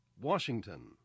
Washington